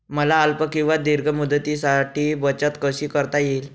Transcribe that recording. मला अल्प किंवा दीर्घ मुदतीसाठी बचत कशी करता येईल?